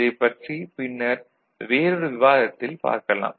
இதைப் பற்றி பின்னர் வேறொரு விவாதத்தில் பார்க்கலாம்